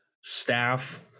staff